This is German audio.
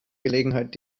gelegenheit